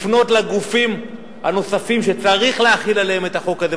לפנות לגופים הנוספים שצריך להחיל עליהם את החוק הזה,